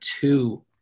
two